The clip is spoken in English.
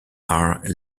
are